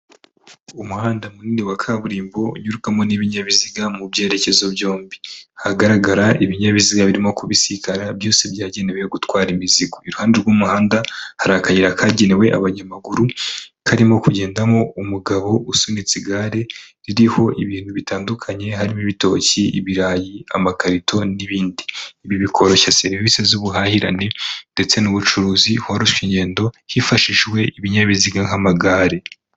Umuhanda munini wa kaburimbo unyurukamo n'ibinyabiziga mu byerekezo byombi, hagaragara ibinyabiziga birimo kubisikara byose byagenewe gutwara imizigo, iruhande rw'umuhanda hari akayira kagenewe abanyamaguru, karimo kugendamo umugabo usunitse igare ririho ibintu bitandukanye, harimo ibitoki, ibirayi, amakarito, n'ibindi. Ibi bikoroshya serivise z'ubuhahirane ndetse n'ubucuruzi, hororoshye ingendo hifashishijwe ibinyabiziga nk'amagare.